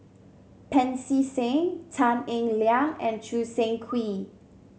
Pancy Seng Tan Eng Liang and Choo Seng Quee